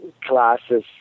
classes